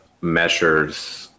measures